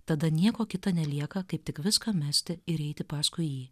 tada nieko kita nelieka kaip tik viską mesti ir eiti paskui jį